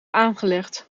aangelegd